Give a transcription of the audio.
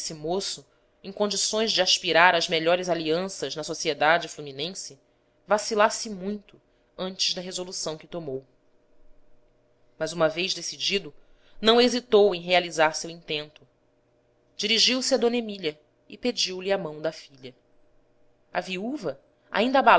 esse moço em condições de aspirar às melhores alianças na sociedade fluminense vacilasse muito antes da resolução que tomou mas uma vez decidido não hesitou em realizar seu intento dirigiu-se a d emília e pediu-lhe a mão da filha a viúva ainda